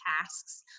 tasks